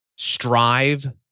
Strive